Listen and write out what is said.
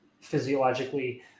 physiologically